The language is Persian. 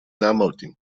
نمردیم